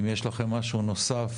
אם יש לכם משהו נוסף,